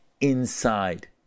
inside